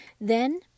Then